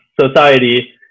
society